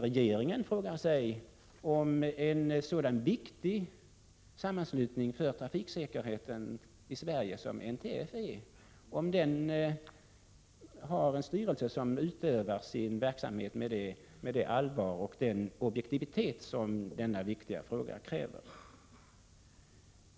Regeringen torde undra om en så viktig och samhällsnyttig institution för trafiksäkerheten i Sverige som NTF är har en styrelse, som utövar sin verksamhet med det allvar och den objektivitet som en fråga av detta slag kräver.